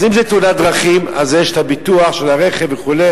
אז אם זה תאונת דרכים אז יש את הביטוח של הרכב וכו',